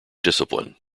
discipline